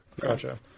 Gotcha